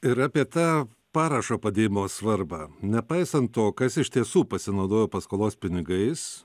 ir apie tą parašo padėjimo svarbą nepaisant to kas iš tiesų pasinaudojo paskolos pinigais